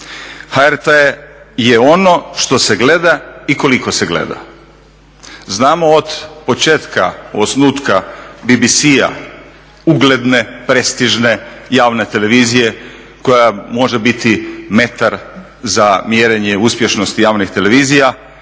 HRT je ono što se gleda ikoliko se gleda. Znamo od početka osnutka BBC-a ugledne prestižne javne televizije koja može biti metar za mjerenje uspješnosti javnih televizija